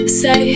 say